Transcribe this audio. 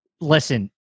listen